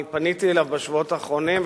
אני פניתי אליו בשבועות האחרונים,